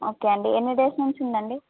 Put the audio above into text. okay అండి ఎన్ని days నుంచి ఉందండి